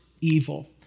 evil